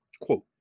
quote